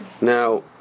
Now